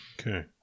Okay